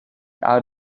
out